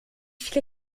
viele